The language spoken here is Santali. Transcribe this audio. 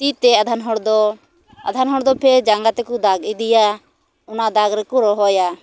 ᱛᱤ ᱛᱮ ᱟᱫᱷᱮᱱ ᱦᱚᱲ ᱫᱚ ᱟᱫᱷᱮᱱ ᱦᱚᱲ ᱫᱚ ᱯᱮ ᱡᱟᱸᱜᱟ ᱛᱮᱠᱚ ᱫᱟᱜᱽ ᱤᱫᱤᱭᱟ ᱚᱱᱟ ᱫᱟᱜᱽ ᱨᱮᱠᱚ ᱨᱚᱦᱚᱭᱟ